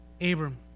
Abram